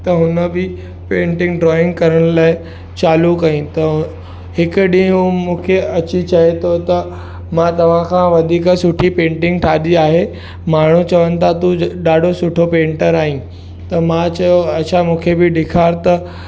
त हुन बि पेंटिंग ड्रॉईंग करण लाइ चालू कईं त हिकु ॾींहुं हू मूंखे अची चए थो त मां तव्हां खां वधीकु सुठी पेंटिंग ठाही आहे माण्हू चवनि था तूं ॾाढो सुठो पेंटर आहीं त मां चयो अच्छा मूंखे बि ॾेखारु त